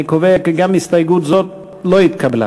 אני קובע כי גם הסתייגות זו לא התקבלה.